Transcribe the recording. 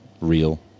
real